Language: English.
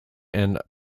and